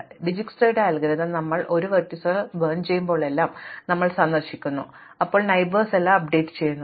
അതിനാൽ ഡിജ്സ്ക്രയുടെ അൽഗോരിതം ഞങ്ങൾ ഒരു വെർട്ടീസുകൾ കത്തിക്കുമ്പോഴെല്ലാം ഞങ്ങൾ സന്ദർശിക്കുമ്പോഴെല്ലാം ഞങ്ങൾ അയൽക്കാർ എല്ലാം അപ്ഡേറ്റുചെയ്യുന്നു